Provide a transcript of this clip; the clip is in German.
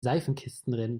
seifenkistenrennen